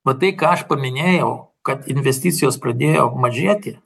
va tai ką aš paminėjau kad investicijos pradėjo mažėti